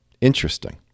Interesting